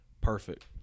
Perfect